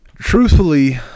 truthfully